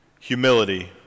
humility